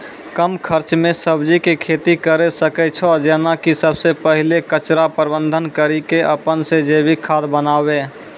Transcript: कम खर्च मे सब्जी के खेती करै सकै छौ जेना कि सबसे पहिले कचरा प्रबंधन कड़ी के अपन से जैविक खाद बनाबे?